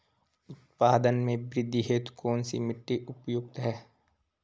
उत्पादन में वृद्धि हेतु कौन सी मिट्टी उपयुक्त है?